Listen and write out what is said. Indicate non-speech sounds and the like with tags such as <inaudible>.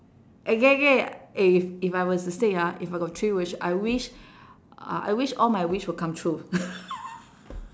eh K K if if I were to say ah if I got three wish I wish uh I wish all my wish will come true <laughs>